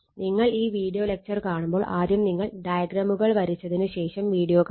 നിങ്ങൾ ഈ video lecture കാണുമ്പോൾ ആദ്യം നിങ്ങൾ ഡയഗ്രമുകൾ വരച്ചതിന് ശേഷം വീഡിയോ കാണുക